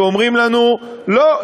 אומרים לנו: לא,